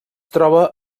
troba